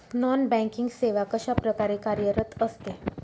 Non banking सेवा कशाप्रकारे कार्यरत असते?